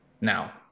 Now